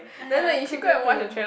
ah ya cool cool cool